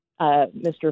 Mr